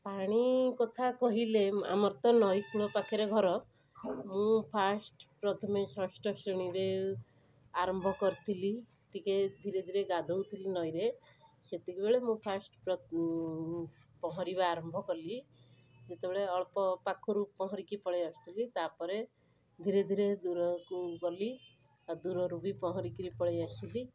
ପାଣି କଥା କହିଲେ ଆମର ତ ନଈକୂଳ ପାଖରେ ଘର ମୁଁ ଫାଷ୍ଟ ପ୍ରଥମେ ଷଷ୍ଠ ଶ୍ରେଣୀରେ ଆରମ୍ଭ କରିଥିଲି ଟିକିଏ ଧୀରେ ଧୀରେ ଗାଧୋଉଥିଲି ନଈରେ ସେତିକିବେଳେ ମୁଁ ଫାଷ୍ଟ ପହଁରିବା ଆରମ୍ଭ କଲି ଯେତେବେଳେ ଅଳ୍ପ ପାଖରୁ ପହଁରିକି ପଳାଇ ଆସୁଥିଲି ତା'ପରେ ଧୀରେ ଧୀରେ ଦୂରକୁ ଗଲି ଆଉ ଦୂରରୁ ବି ପହଁରି କରି ପଳାଇ ଆସିଲି